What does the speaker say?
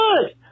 good